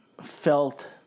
felt